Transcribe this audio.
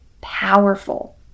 powerful